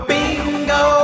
Bingo